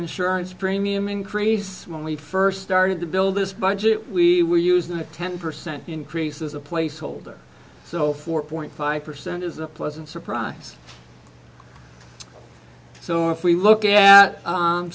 insurance premium increase when we first started to build this budget we used a ten percent increase as a placeholder so four point five percent is a pleasant surprise so if we look at